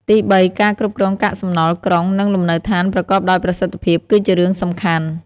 ទីបី ការគ្រប់គ្រងកាកសំណល់ក្រុង និងលំនៅឋានប្រកបដោយប្រសិទ្ធភាព គឺជារឿងសំខាន់។